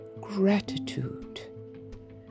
gratitude